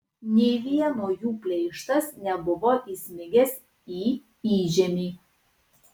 nė vieno jų pleištas nebuvo įsmigęs į įžemį